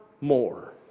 more